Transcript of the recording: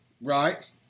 Right